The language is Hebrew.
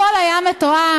הכול היה מתואם.